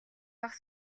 бага